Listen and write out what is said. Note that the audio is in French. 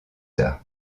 tard